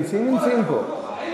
המציעים נמצאים פה.